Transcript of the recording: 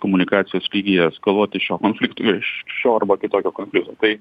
komunikacijos lygyje askaluoti šio konflikto iš šio arba kitokio konflikto tai